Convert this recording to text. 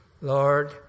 Lord